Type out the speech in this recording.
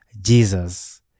Jesus